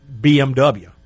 BMW